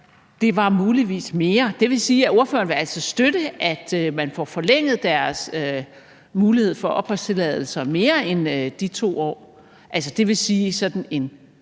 at det muligvis var mere. Det vil sige, at ordføreren altså vil støtte, at man får forlænget deres mulighed for opholdstilladelse mere end de 2 år. Det vil altså sige,